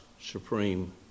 supreme